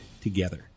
together